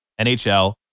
nhl